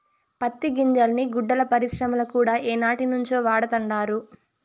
పత్తి గింజల్ని గుడ్డల పరిశ్రమల కూడా ఏనాటినుంచో వాడతండారు